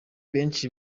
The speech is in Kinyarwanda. benshi